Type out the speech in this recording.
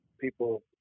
people